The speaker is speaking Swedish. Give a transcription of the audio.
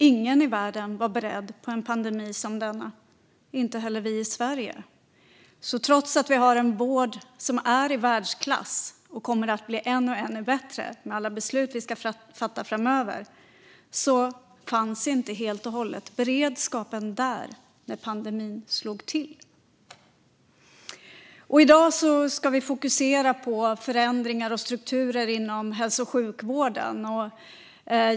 Ingen i världen var beredd på en pandemi som denna, inte heller vi i Sverige. Trots att vi har en vård som är i världsklass, och som kommer att bli ännu bättre genom alla beslut vi ska fatta framöver, fanns beredskapen alltså inte helt och hållet där när pandemin slog till. I dag ska vi fokusera på förändringar och strukturer inom hälso och sjukvården.